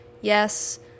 yes